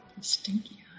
Stinky